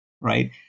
right